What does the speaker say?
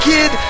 Kid